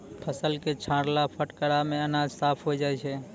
फसल क छाड़ला फटकला सें अनाज साफ होय जाय छै